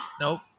Nope